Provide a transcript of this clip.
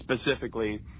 specifically